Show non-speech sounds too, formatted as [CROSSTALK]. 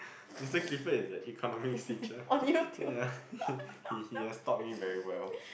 Mister Clifford is a Economics teacher ya [LAUGHS] he he he has taught me very well